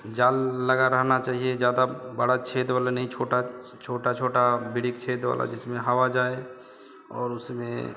जाल लगा रहना चाहिए ज़्यादा बड़ा छेद वाला नहीं छोटे छोटे बारीक छेद वाला जिसमें हवा जाए और उसमें